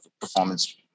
performance